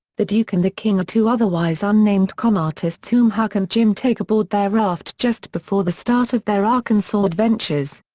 the duke and the king are two otherwise unnamed con artists whom huck and jim take aboard their raft just before the start of their arkansas adventures.